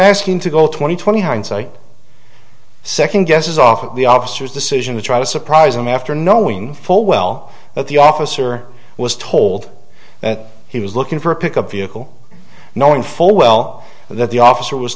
asking to go twenty twenty hindsight second guess is often the officers decision to try to surprise him after knowing full well that the officer was told that he was looking for a pickup vehicle knowing full well that the officer was